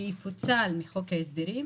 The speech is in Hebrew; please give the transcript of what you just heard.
שיפוצל מחוק ההסדרים.